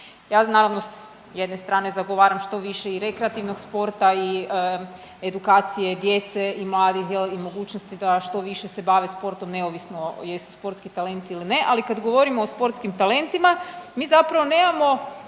Ja naravno s jedne strane zagovaram što više i rekreativnog sporta i edukacije djece i mladih i mogućnosti da što više se bave sportom neovisno jesu sportski talenti ili ne. Ali kada govorimo o sportskim talentima mi zapravo nemamo